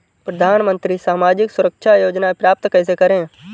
प्रधानमंत्री सामाजिक सुरक्षा योजना प्राप्त कैसे करें?